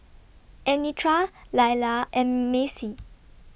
Anitra Laila and Maci